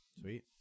Sweet